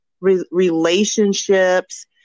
relationships